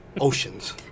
oceans